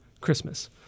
Christmas